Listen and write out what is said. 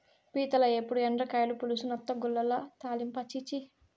పీతల ఏపుడు, ఎండ్రకాయల పులుసు, నత్తగుల్లల తాలింపా ఛీ ఛీ